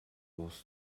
was